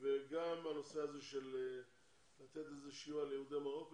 וגם לנושא של לתת סיוע ליהודי מרוקו,